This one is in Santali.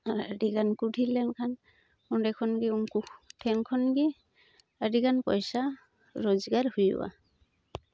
ᱟᱨ ᱟᱹᱰᱤᱜᱟᱱ ᱠᱚ ᱰᱷᱮᱨ ᱞᱮᱱᱠᱷᱟᱱ ᱚᱸᱰᱮ ᱠᱷᱚᱱᱜᱮ ᱩᱱᱠᱩ ᱴᱷᱮᱱ ᱠᱷᱚᱱᱜᱮ ᱟᱹᱰᱤᱜᱟᱱ ᱯᱚᱭᱥᱟ ᱨᱳᱡᱽᱜᱟᱨ ᱦᱩᱭᱩᱜᱼᱟ